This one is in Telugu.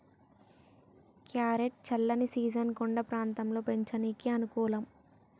క్యారెట్ చల్లని సీజన్ కొండ ప్రాంతంలో పెంచనీకి అనుకూలం